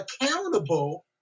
accountable